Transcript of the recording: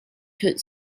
could